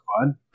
fun